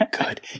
good